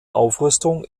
aufrüstung